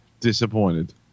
disappointed